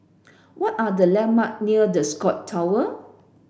what are the landmark near The Scott Tower